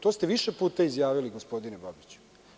To ste više puta izjavili, gospodine Babiću.